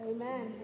Amen